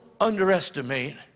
underestimate